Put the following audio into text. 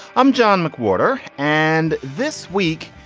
i'm john mcwhorter and this week.